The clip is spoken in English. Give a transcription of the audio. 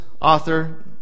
author